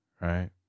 Right